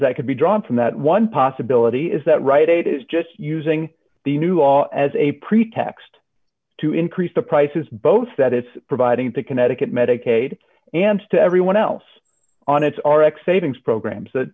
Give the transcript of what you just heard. that could be drawn from that one possibility is that right it is just using the new all as a pretext to increase the prices both that it's providing to connecticut medicaid and to everyone else on its arek savings programs that